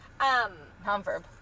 nonverb